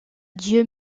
dieu